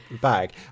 bag